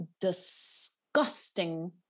disgusting